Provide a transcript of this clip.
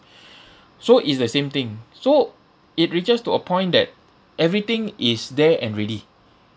so it's the same thing so it reaches to a point that everything is there and ready